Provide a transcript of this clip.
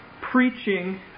preaching